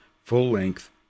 full-length